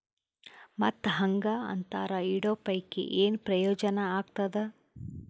ಮತ್ತ್ ಹಾಂಗಾ ಅಂತರ ಇಡೋ ಪೈಕಿ, ಏನ್ ಪ್ರಯೋಜನ ಆಗ್ತಾದ?